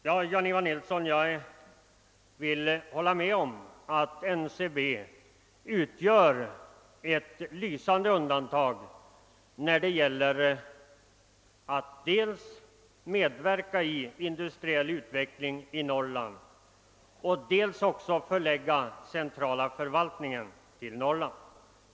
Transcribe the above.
Jag håller med herr Nilsson i Tvärålund om att NCB utgör ett lysande undantag när det gäller dels att medverka till industriell utveckling i Norrland och dels att förlägga central förvaltning till Norrland.